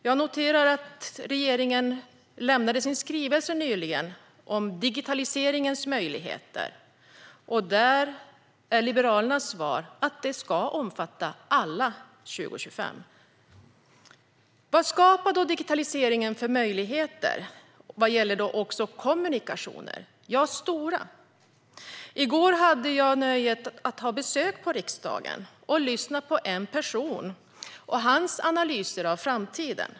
Jag noterar att regeringen nyligen lämnade sin skrivelse om digitaliseringens möjligheter. Där är Liberalernas svar att den ska omfatta alla 2025. Vad skapar då digitalisering för möjligheter vad gäller kommunikationer? Stora. I går hade jag nöjet att ha besök på riksdagen och lyssna på en person och hans analyser av framtiden.